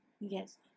Yes